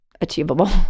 achievable